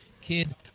kid